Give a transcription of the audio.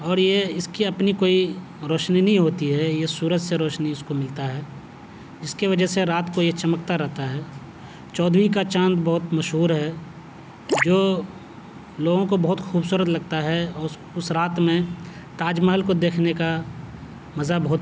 اور یہ اس کی اپنی کوئی روشنی نہیں ہوتی ہے یہ سورج سے روشنی اس کو ملتا ہے جس کے وجہ سے رات کو یہ چمکتا رہتا ہے چودھویں کا چاند بہت مشہور ہے جو لوگوں کو بہت خوبصورت لگتا ہے اور اس اس رات میں تاج محل کو دیکھنے کا مزہ بہت